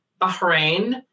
Bahrain